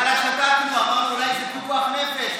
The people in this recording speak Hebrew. בהתחלה שתקנו, אמרנו: אולי זה פיקוח נפש.